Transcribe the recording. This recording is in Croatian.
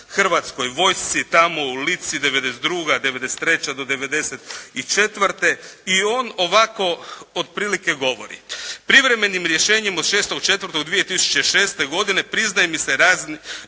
Hrvatskoj vojsci tamo u Lici 92., 93. do 94. i on ovako otprilike govori. Privremenim rješenjem od 6.4.2006. godine priznaje mi se razmjerni